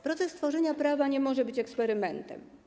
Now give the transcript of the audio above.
Proces tworzenia prawa nie może być eksperymentem.